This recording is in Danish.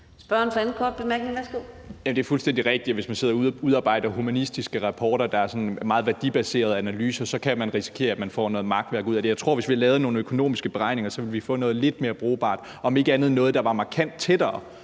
Værsgo. Kl. 14:39 Mikkel Bjørn (DF): Det er fuldstændig rigtigt, at hvis man sidder og udarbejder humanistiske rapporter, der sådan er meget værdibaserede analyser, så kan man risikere at få noget makværk ud af det. Jeg tror, at hvis vi havde lavet nogle økonomiske beregninger, så ville vi få noget lidt mere brugbart, om ikke andet noget, der var markant tættere